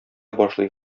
башлый